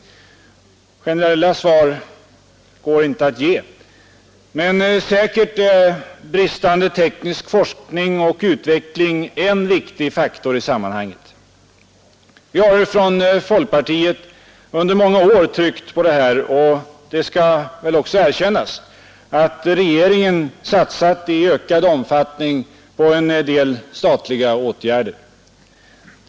Generella svar går inte att ge. Men säkert är bristande teknisk forskning och utveckling en viktig faktor i sammanhanget. Vi har från folkpartiet under många år tryckt på det här, och det skall väl också erkännas att regeringen satsat i ökad omfattning på en del statliga åtgärder.